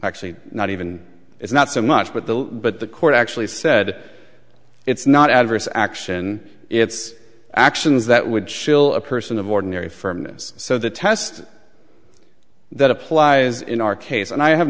actually not even it's not so much but the but the court actually said it's not adverse action it's actions that would chill a person of ordinary firmness so that test that applies in our case and i have